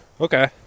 okay